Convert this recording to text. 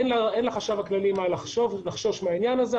בכל מקרה אין לחשב הכללי מה לחשוש מהעניין הזה,